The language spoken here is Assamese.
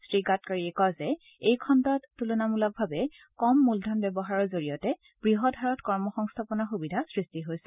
শ্ৰীগাডকাৰীয়ে কয় যে এই খণ্ডত তুলনামূলকভাৱে কম মূলধনৰ ব্যৱহাৰৰ জৰিয়তে বৃহৎ হাৰত কৰ্ম সংস্থাপনৰ সুবিধাৰ সৃষ্টি হৈছে